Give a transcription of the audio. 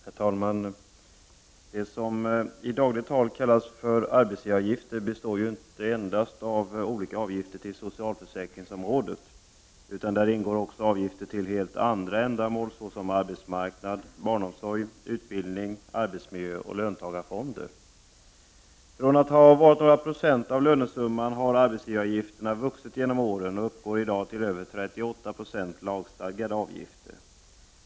Herr talman! Det som i dagligt tal kallas för arbetsgivaravgifter består inte endast av olika avgifter till socialförsäkringsområdet, utan där ingår också avgifter till helt andra ändamål, såsom arbetsmarknad, barnomsorg, utbildning, arbetsmiljö och löntagarfonder. Från att ha varit några procent av lö nesumman har arbetsgivaravgifterna vuxit genom åren och uppgår i dag till över 38 96 i lagstadgade avgifter.